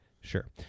Sure